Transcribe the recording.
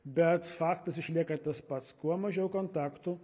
bet faktas išlieka tas pats kuo mažiau kontaktų